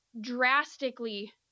drastically